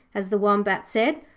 as the wombat said,